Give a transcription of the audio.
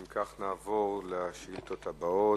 אם כך, נעבור לשאילתות הבאות.